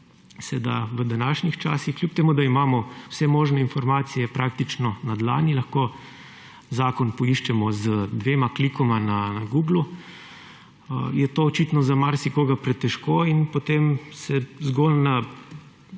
v današnjih časih, kljub temu da imamo vse možne informacije praktično na dlani, lahko zakon poiščemo z dvema klikoma na Google, je to očitno za marsikoga pretežko. In potem se zgolj na